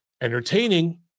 entertaining